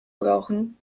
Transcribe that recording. brauchen